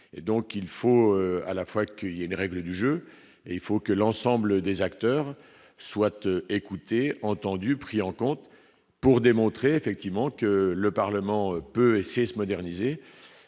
il faut à la fois que il y a une règle du jeu et il faut que l'ensemble des acteurs soient eux écouté, entendu, pris en compte pour démontrer, effectivement, que le Parlement peut essayer se moderniser